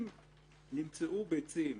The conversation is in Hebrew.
אם נמצאו ביצים